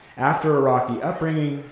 after a rocky upbringing,